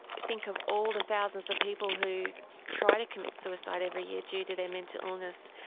think of all the thousands of people who try to commit suicide every year due to their mental illness,